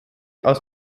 aus